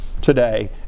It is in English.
today